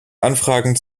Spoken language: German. anfragen